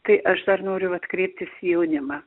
tai aš dar noriu vat kreiptis į jaunimą